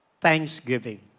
thanksgiving